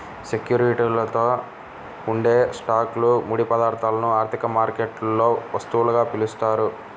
సెక్యూరిటీలలో ఉండే స్టాక్లు, ముడి పదార్థాలను ఆర్థిక మార్కెట్లలో వస్తువులుగా పిలుస్తారు